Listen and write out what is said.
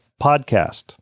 podcast